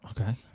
Okay